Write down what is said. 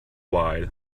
while